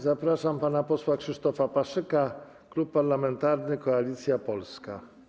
Zapraszam pana posła Krzysztofa Paszyka, Klub Parlamentarny Koalicja Polska.